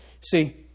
See